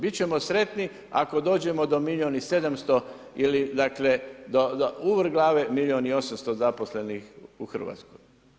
Bit ćemo sretni ako dođemo do milijun i 700 ili dakle, do u vrh glave milijun i 800 zaposlenih u Hrvatskoj.